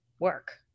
work